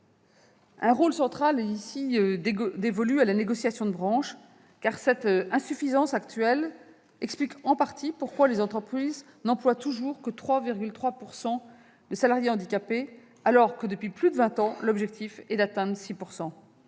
Un rôle central est ainsi dévolu à la négociation de branche, dont l'insuffisance actuelle explique, en partie, pourquoi les entreprises n'emploient toujours que 3,3 % de salariés handicapés, alors que, depuis plus de vingt ans, l'objectif est d'atteindre 6 %.